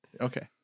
Okay